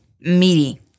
meaty